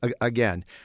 again